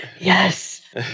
yes